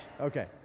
Okay